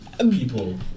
people